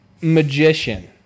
Magician